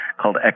called